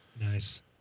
nice